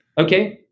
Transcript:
okay